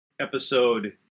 episode